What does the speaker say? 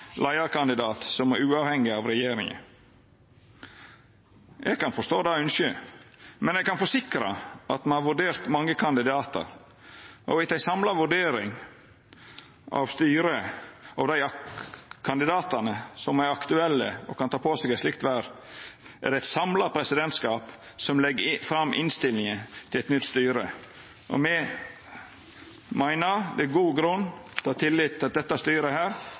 leiarkandidat som er uavhengig av regjeringa. Eg kan forstå det ynsket, men eg kan forsikra at me har vurdert mange kandidatar, og etter ei samla vurdering av styret og dei kandidatane som er aktuelle og kan ta på seg eit slikt verv, er det eit samla presidentskap som legg fram innstillinga til eit nytt styre. Me meiner det er god grunn til å ha tillit til at dette styret